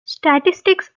statistics